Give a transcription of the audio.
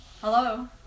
Hello